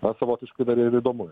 na savotiškai dar ir įdomu